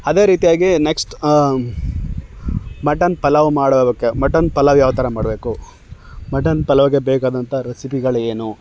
ಅದೇ ರೀತಿಯಾಗಿ next mutton pulao ಮಾಡೋದಕ್ಕೆ ಮಟನ್ ಪಲಾವ್ ಯಾವ ಥರ ಮಾಡಬೇಕು ಮಟನ್ ಪಲಾವಿಗೆ ಬೇಕಾದಂಥ ರೆಸಿಪಿಗಳೇನು